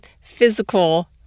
physical